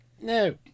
No